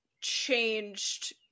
changed